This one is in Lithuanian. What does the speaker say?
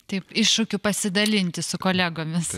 taip iššūkiu pasidalinti su kolegomis